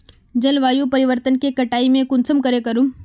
जलवायु परिवर्तन के कटाई में कुंसम करे करूम?